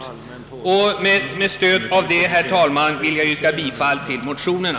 Herr talman! Med stöd av det sagda vill jag yrka bifall till motionerna.